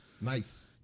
Nice